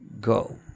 go